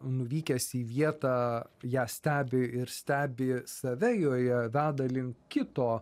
nuvykęs į vietą ją stebi ir stebi save joje veda link kito